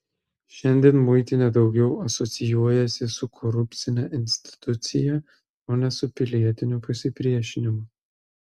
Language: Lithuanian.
šiandien muitinė daugiau asocijuojasi su korupcine institucija o ne su pilietiniu pasipriešinimu